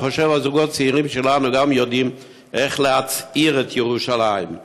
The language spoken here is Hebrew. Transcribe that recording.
אני חושב שהזוגות הצעירים שלנו גם הם יודעים איך להצעיר את ירושלים.